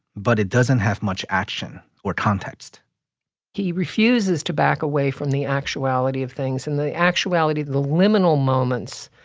but it doesn't have much action or context he refuses to back away from the actuality of things and the actuality, the liminal moments,